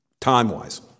Time-wise